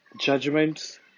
judgments